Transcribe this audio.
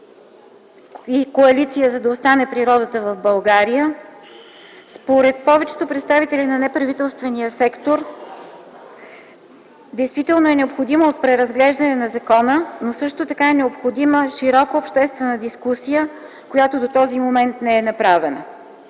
Коалиция „За да остане природа в България”. Според повечето представители на неправителствения сектор действително е необходимо преразглеждане на законопроекта и широка обществена дискусия, която до този момент не е направена.